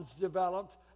developed